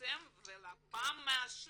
לפרסם ולפ"מ מאשר,